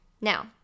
Now